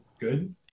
good